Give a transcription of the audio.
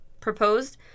proposed